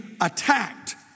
attacked